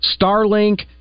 Starlink